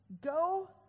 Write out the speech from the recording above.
Go